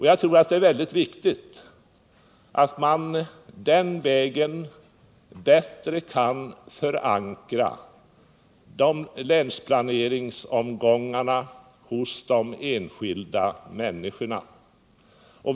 Jag tror att det är mycket viktigt att man den vägen bättre förankrar länsplaneringsomgångarna hos de enskilda människorna.